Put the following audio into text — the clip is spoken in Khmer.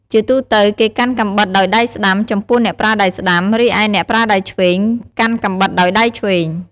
ជាទូទៅ គេកាន់កាំបិតដោយដៃស្តាំ ចំពោះអ្នកប្រើដៃស្ដាំ រីឯអ្នកប្រើដៃឆ្វេង កាន់កាំបិតដោយដៃឆ្វេង។